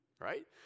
Right